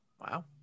Wow